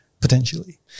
potentially